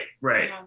right